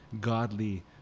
godly